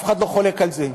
אף אחד לא חולק על זה,